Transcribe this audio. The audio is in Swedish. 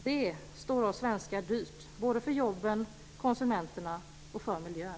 Det står oss svenskar dyrt - för jobben, för konsumenterna och för miljön.